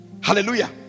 hallelujah